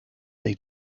they